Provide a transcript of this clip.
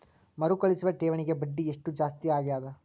ಮರುಕಳಿಸುವ ಠೇವಣಿಗೆ ಬಡ್ಡಿ ಎಷ್ಟ ಜಾಸ್ತಿ ಆಗೆದ?